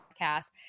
podcast